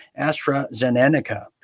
AstraZeneca